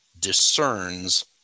discerns